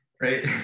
right